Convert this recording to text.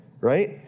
Right